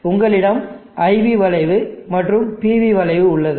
எனவே உங்களிடம் IV வளைவு மற்றும் PV வளைவு உள்ளது